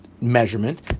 Measurement